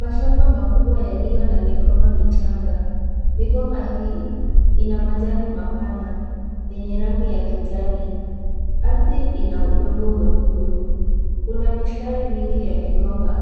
Mashamba makubwa yaliyo na migomba michanga ,migomba hii ina majani mapana yenye rangi ya kijani, ardhi ina udongo mwekeundu kuna misitari mingi ya migomba